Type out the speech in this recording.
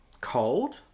cold